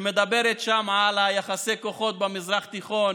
שמדבר שם על יחסי הכוחות במזרח התיכון